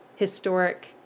historic